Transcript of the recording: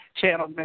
channel